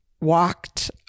walked